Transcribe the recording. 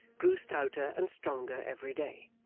grew stouter and stronger every day.